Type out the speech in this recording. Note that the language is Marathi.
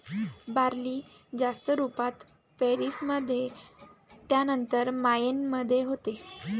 बार्ली जास्त रुपात पेरीस मध्ये त्यानंतर मायेन मध्ये होते